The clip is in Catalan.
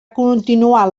continuar